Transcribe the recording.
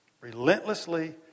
Relentlessly